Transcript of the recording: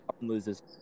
loses